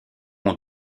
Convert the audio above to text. ont